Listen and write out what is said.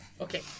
Okay